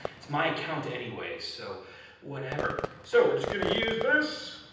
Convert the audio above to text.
it's my account anyway. so whatever. so we're just gonna use this.